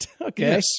okay